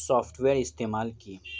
soft where استعمال کی